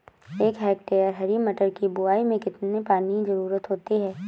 एक हेक्टेयर हरी मटर की बुवाई में कितनी पानी की ज़रुरत होती है?